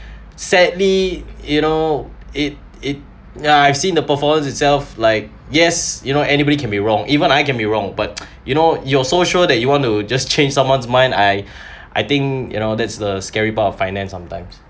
sadly you know it it yeah I've seen the performance itself like yes you know anybody can be wrong even I get me wrong but you know you also show that you want to just change someone's mind I I think you know that's the scary part of finance sometimes